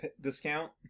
discount